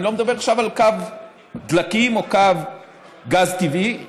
ואני לא מדבר עכשיו על קו דלקים או קו גז טבעי,